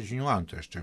žinių antraštes